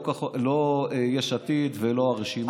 לא מטעם יש עתיד ולא מהרשימה,